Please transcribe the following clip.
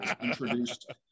introduced